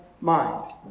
mind